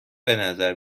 بنظر